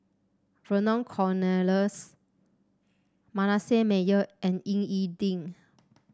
Vernon Cornelius Manasseh Meyer and Ying E Ding